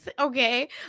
okay